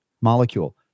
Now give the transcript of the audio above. molecule